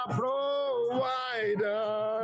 provider